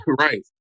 right